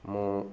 ମୁଁ